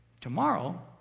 Tomorrow